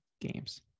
games